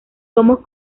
somos